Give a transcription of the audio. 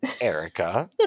Erica